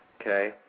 Okay